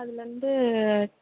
அதில் இருந்து